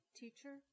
teacher